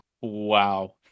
wow